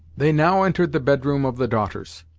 they now entered the bed room of the daughters.